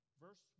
verse